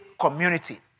community